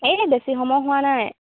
এই বেছি সময় হোৱা নাই